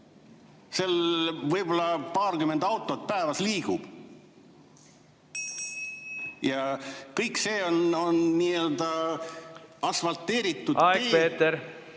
Aeg, Peeter!